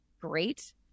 Great